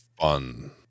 fun